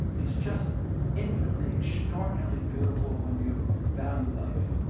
is just infinitely, extraordinarily beautiful when you value life,